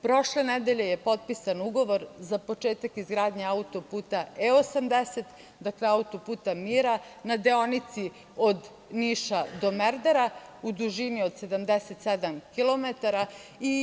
Prošle nedelje je potpisan ugovor za početak izgradnje autoputa E-80, autoput mira na deonici od Niša do Merdara u dužini od 77 kilometara.